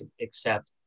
accept